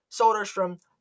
Soderstrom